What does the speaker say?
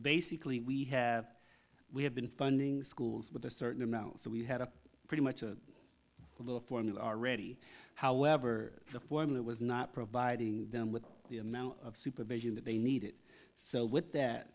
basically we have we have been funding schools with a certain amount so we had a pretty much a little formula are ready however the form of that was not providing them with the amount of supervision that they needed so with that